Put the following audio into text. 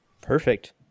Perfect